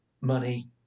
money